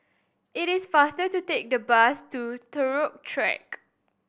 it is faster to take the bus to Turut Track